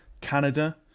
Canada